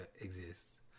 Exists